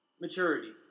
Maturity